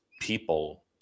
people